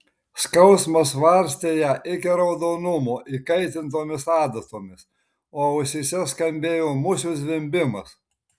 skausmas varstė ją iki raudonumo įkaitintomis adatomis o ausyse skambėjo musių zvimbimas